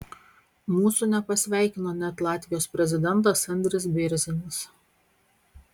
mūsų nepasveikino net latvijos prezidentas andris bėrzinis